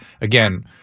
again